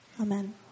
Amen